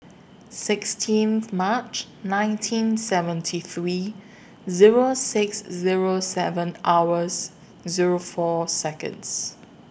sixteen March nineteen seventy three Zero six Zero seven hours Zero four Seconds